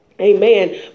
Amen